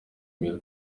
mille